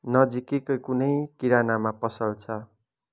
नजिकैको कुनै किरानामा पसल छ